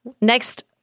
next